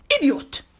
Idiot